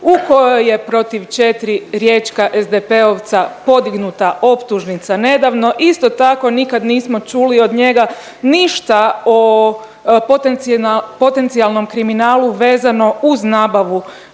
u kojoj je protiv 4 riječka SDP-ovca podignuta optužnica nedavno. Isto tako nikad nismo čuli od njega ništa o potencijalnom kriminalu vezano uz nabavu